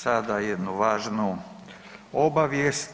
Sada jednu važnu obavijest.